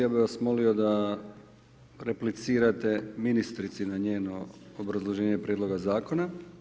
Ja bi vas molio da replicirate ministrici na njeno obrazloženje prijedloga zakona.